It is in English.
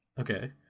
Okay